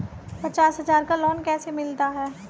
पचास हज़ार का लोन कैसे मिलता है?